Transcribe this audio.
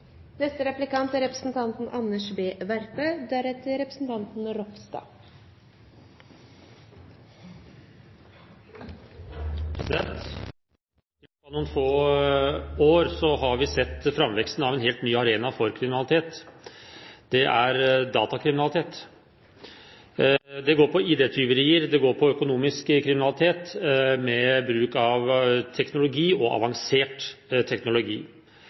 noen få år har vi sett framveksten av en helt ny arena for kriminalitet. Det er datakriminalitet. Det går på ID-tyverier, det går på økonomisk kriminalitet, mer bruk av teknologi og avansert teknologi.